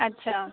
अच्छा